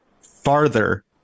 farther